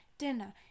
dinner